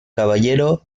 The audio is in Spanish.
caballero